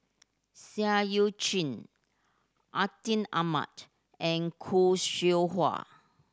Seah Eu Chin Atin Amat and Khoo Seow Hwa